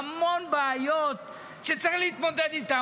המון בעיות שצריך להתמודד איתן.